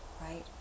right